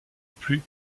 plus